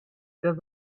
does